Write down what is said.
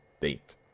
date